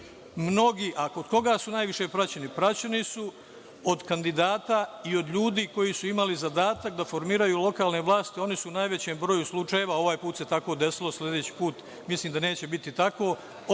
godine. Kod koga su najviše praćeni? Praćeni su od kandidata i od ljudi koji su imali zadatak da formiraju lokalne vlasti. Oni su u najvećem broju slučajeva, ovaj put se tako desilo, sledeći put mislim da neće biti tako,